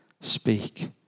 speak